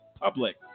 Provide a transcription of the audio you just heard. public